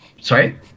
Sorry